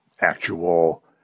Actual